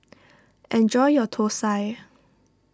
enjoy your Thosai